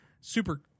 Super